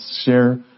share